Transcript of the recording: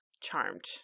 Charmed